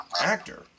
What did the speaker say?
actor